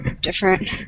different